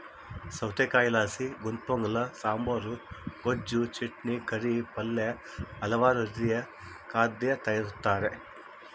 ಸೌತೆಕಾಯಿಲಾಸಿ ಗುಂತಪೊಂಗಲ ಸಾಂಬಾರ್, ಗೊಜ್ಜು, ಚಟ್ನಿ, ಕರಿ, ಪಲ್ಯ ಹಲವಾರು ರೀತಿಯ ಖಾದ್ಯ ತಯಾರಿಸ್ತಾರ